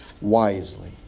wisely